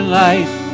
life